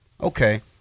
Okay